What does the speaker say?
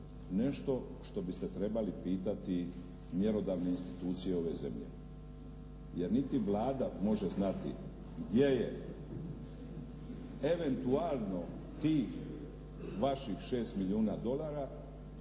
nešto što biste trebali pitati mjerodavne institucije ove zemlje. Jer niti Vlada može znati gdje je eventualno, tih vaših 6 milijuna dolara,